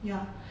ya